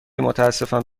متاسفم